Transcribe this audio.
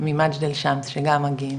ממג'דל שמס, שגם מגיעים.